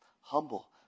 Humble